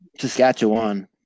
Saskatchewan